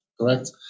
correct